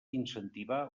incentivar